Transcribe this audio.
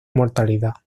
mortalidad